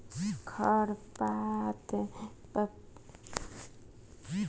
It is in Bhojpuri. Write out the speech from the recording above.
खर पात ज्यादे खराबे जमीन पर जाम जला